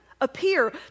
appear